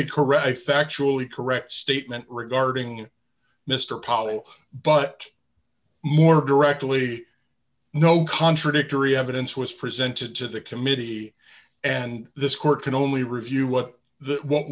a correct factually correct statement regarding mr pollo but more directly no contradictory evidence was presented to the committee and this court can only review what